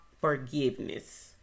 forgiveness